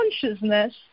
consciousness